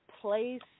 place